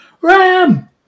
Ram